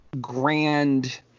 grand